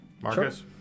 Marcus